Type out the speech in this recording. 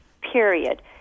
period